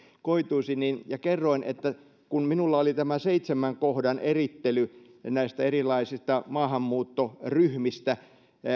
koituisi ja kerroin että kun minulla oli tämä seitsemän kohdan erittely näistä erilaisista maahanmuuttoryhmistä